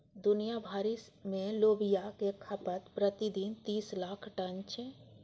दुनिया भरि मे लोबिया के खपत प्रति दिन तीन लाख टन छै